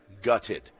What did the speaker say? gutted